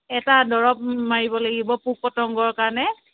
এটা দৰৱ মাৰিব লাগিব পোক পতংগৰ কাৰণে